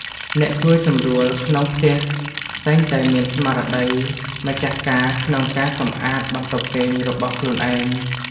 អ្នកជួយសម្រួលក្នុងផ្ទះតែងតែមានស្មារតីម្ចាស់ការក្នុងការសម្អាតបន្ទប់គេងរបស់ខ្លួនឯង។